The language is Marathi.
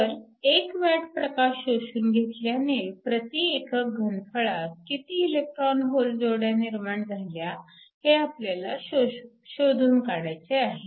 तर 1 watt प्रकाश शोषून घेतल्याने प्रति एकक घनफळात किती इलेकट्रॉन होल जोड्या निर्माण झाल्या हे आपल्याला शोधून काढायचे आहे